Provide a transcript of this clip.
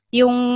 yung